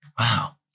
wow